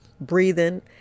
breathing